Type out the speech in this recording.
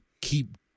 keep